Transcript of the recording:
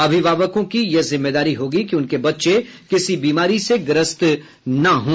अभिभावकों की यह जिम्मेदारी होगी कि उनके बच्चे किसी बीमारी से ग्रस्त न हों